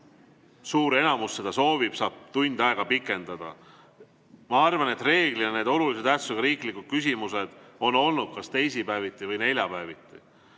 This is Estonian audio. enamus seda soovib, saab tund aega pikendada. Ma arvan, et reeglina need olulise tähtsusega riiklikud küsimused on olnud kas teisipäeviti või neljapäeviti. Mul